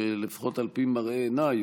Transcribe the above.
שלפחות על פי מראה עיניי,